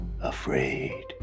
afraid